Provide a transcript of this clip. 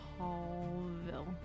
Hallville